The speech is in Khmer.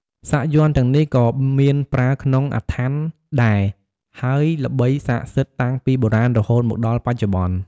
សាក់យ័ន្តទាំងនេះក៏មានប្រើក្នុងអាថ័ន្តដែរ ហើយល្បីស័ក្តិសិទ្ធតាំងពីបុរាណរហូតមកដល់បច្ចុប្បន្ន។